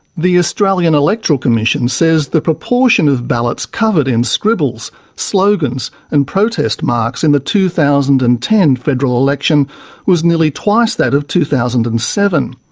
the australian electoral commission says the proportion of ballots covered in scribbles, slogans, and protest marks in the two thousand and ten federal election was nearly twice that of two thousand and seven.